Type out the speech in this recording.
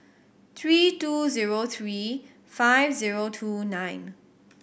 three two zero three five zero two nine